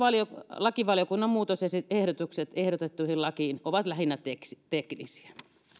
lakivaliokunnan muutosehdotukset ehdotettuihin lakeihin ovat lähinnä teknisiä